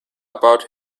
about